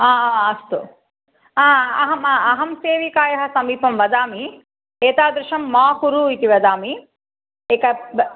हा अस्तु हा अहं अहं सेविकायाः समीपं वदामि एतादृशं मा कुरु इति वदामि एक ब